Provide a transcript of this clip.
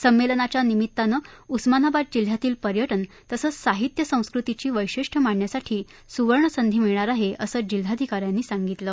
संमेलनाच्या निमित्तानं उस्मानाबाद जिल्ह्यातील पर्यटन तसंच साहित्य संस्कृतीची वैशिष्ट्य मांडण्यासाठी स्वर्णसंधी मिळणार आहे असं जिल्हाधिकाऱ्यांनी सांगितलं